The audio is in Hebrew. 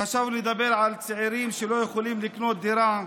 חשבנו לדבר על צעירים שלא יכולים לקנות דירה,